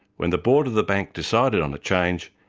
when the board of the bank decided on the change,